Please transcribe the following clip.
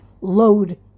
load